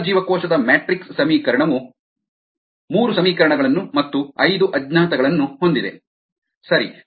ಅಂತರ್ಜೀವಕೋಶದ ಮ್ಯಾಟ್ರಿಕ್ಸ್ ಸಮೀಕರಣವು ಮೂರು ಸಮೀಕರಣಗಳನ್ನು ಮತ್ತು ಐದು ಅಜ್ಞಾತಗಳನ್ನು ಹೊಂದಿದೆ ಸರಿ